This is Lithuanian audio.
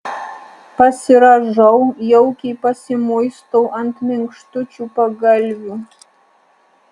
pasirąžau jaukiai pasimuistau ant minkštučių pagalvių